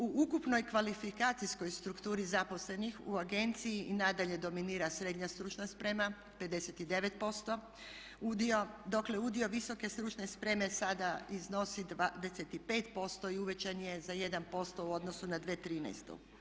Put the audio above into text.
U ukupnoj kvalifikacijskoj strukturi zaposlenih u agenciji i nadalje dominira srednja stručna sprema 56% udio, dokle udio visoke stručne spreme sada iznosi 25% i uvećan je za 1% u odnosu na 2013.